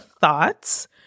thoughts